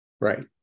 Right